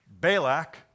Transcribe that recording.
Balak